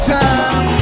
time